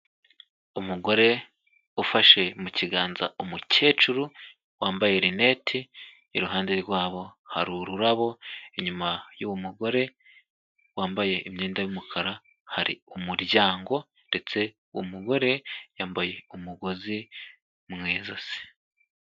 Umugore ufashe mu kiganza umukecuru wambaye rineti iruhande rwabo hari ururabo, inyuma y'uwo mugore wambaye imyenda y'umukara, hari umuryango ndetse umugore yambaye umugozi mu ijosi.